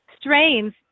strains